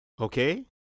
okay